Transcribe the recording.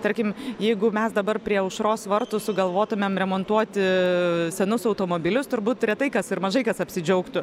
tarkim jeigu mes dabar prie aušros vartų sugalvotumėm remontuoti senus automobilius turbūt retai kas ir mažai kas apsidžiaugtų